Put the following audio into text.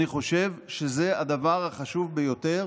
אני חושב שזה הדבר החשוב ביותר